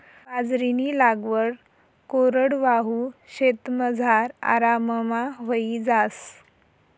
बाजरीनी लागवड कोरडवाहू शेतमझार आराममा व्हयी जास